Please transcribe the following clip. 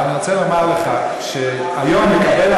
אבל אני רוצה לומר לך שהיום כדי לקבל